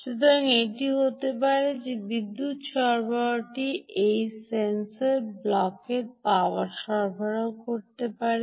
সুতরাং এটি হতে পারে যে এই বিদ্যুৎ সরবরাহটি এই সেন্সর ব্লকেও পাওয়ার সরবরাহ করতে হবে